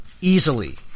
easily